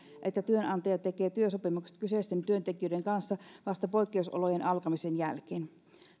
tilanteessa että työnantaja tekee työsopimukset kyseisten työntekijöiden kanssa vasta poikkeusolojen alkamisen jälkeen